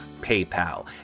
PayPal